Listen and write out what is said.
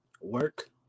Work